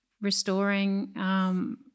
restoring